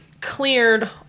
cleared